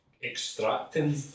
extracting